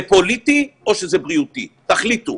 זה פוליטי או שזה בריאותי, תחליטו.